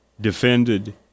defended